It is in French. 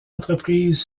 entreprise